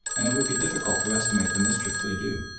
and it would be difficult to estimate the mischief they do.